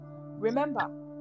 remember